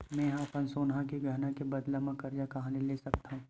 मेंहा अपन सोनहा के गहना के बदला मा कर्जा कहाँ ले सकथव?